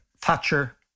Thatcher